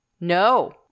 No